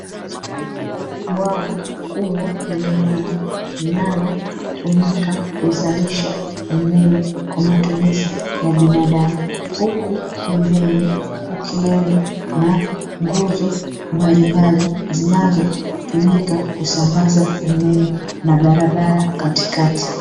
Bwawa kubwa lenye maji linalotumika kuzalisha umeme, kwa matumizi ya binadamu, huku pembeni kukiwemo na nguzo mbalimbali, zinazotumika kusambaza umeme na barabara katikati.